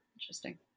interesting